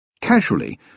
Casually